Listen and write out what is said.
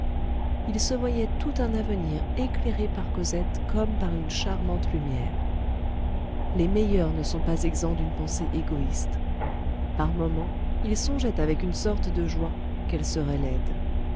il se voyait tout un avenir éclairé par cosette comme par une charmante lumière les meilleurs ne sont pas exempts d'une pensée égoïste par moments il songeait avec une sorte de joie qu'elle serait laide